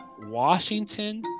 Washington